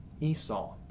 Esau